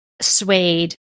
Suede